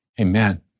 Amen